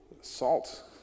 salt